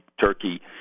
Turkey